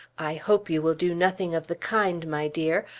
i hope you will do nothing of the kind, my dear.